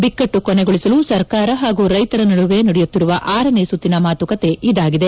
ಬಿಕ್ಕಟ್ಸು ಕೊನೆಗೊಳಿಸಲು ಸರ್ಕಾರ ಹಾಗೂ ರೈತರ ನಡುವೆ ನಡೆಯುತ್ತಿರುವ ಆರನೇ ಸುತ್ತಿನ ಮಾತುಕತೆ ಇದಾಗಿದೆ